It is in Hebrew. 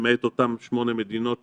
למעט אותן שמונה מדינות שהזכרתי,